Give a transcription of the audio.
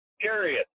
period